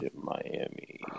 Miami